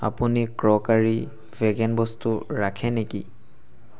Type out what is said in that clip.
আপুনি ক্ৰকাৰী ভেগান বস্তু ৰাখে নেকি